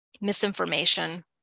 misinformation